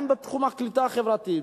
גם בתחום הקליטה החברתית,